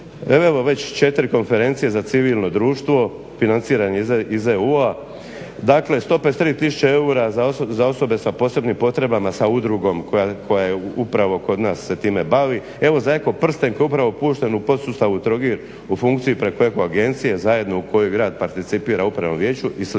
evo već 4 konferencije za civilno društvo financiranje iz EU, dakle 153 tisuće eura za osobe sa posebnim potrebama sa udrugom koja je upravo kod nas se time bavi, evo za eko prsten koji je upravo pušten u podsustavu Trogir u funkciji preko agencije zajedno u koju grad participira u upravnom vijeću i